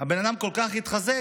הבן אדם כל כך התחזק,